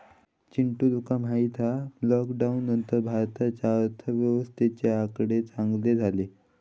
चिंटू तुका माहित हा लॉकडाउन नंतर भारताच्या अर्थव्यवस्थेचे आकडे चांगले झाले